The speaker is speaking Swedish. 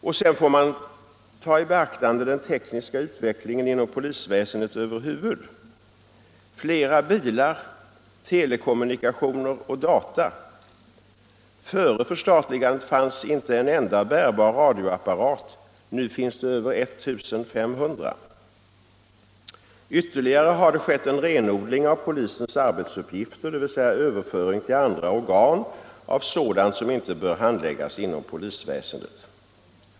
Man får också ta i beaktande den tekniska utvecklingen inom polisväsendet över huvud taget — flera bilar, telekommunikationer och data. Före förstatligandet fanns inte en enda bärbar radioapparat; nu finns det över 1 500. Det har även skett en renodling av polisens arbetsuppgifter, dvs. överföring till andra organ av sådant som inte bör handläggas inom polisväsendet.